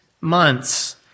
months